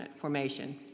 formation